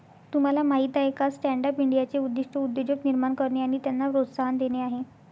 तुम्हाला माहीत आहे का स्टँडअप इंडियाचे उद्दिष्ट उद्योजक निर्माण करणे आणि त्यांना प्रोत्साहन देणे आहे